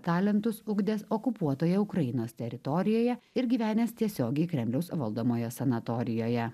talentus ugdęs okupuotoje ukrainos teritorijoje ir gyvenęs tiesiogiai kremliaus valdomoje sanatorijoje